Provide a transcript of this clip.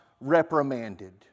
reprimanded